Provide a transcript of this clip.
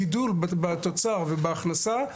הגידול בתוצר ובהכנסה,